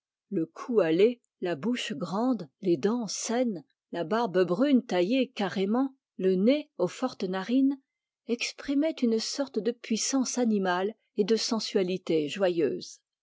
le cou hâlé la bouche grande les dents saines la barbe brune taillée carrément le nez aux fortes narines exprimaient une sorte de puissance animale et de sensualité joyeuse